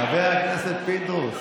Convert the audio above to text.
חבר הכנסת פינדרוס.